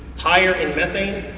higher in methane,